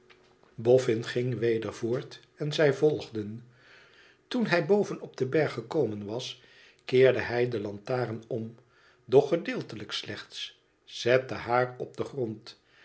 boffin ging weder voort en zij volgden toen hij boven op den berg gekomen was keerde hij de lantaren om doch gedeeltelijk slechts zette haar op den grond